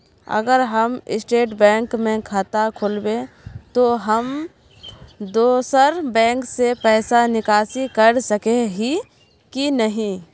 अगर हम state bank में खाता खोलबे तो हम दोसर बैंक से पैसा निकासी कर सके ही की नहीं?